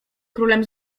królem